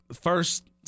first